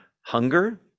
hunger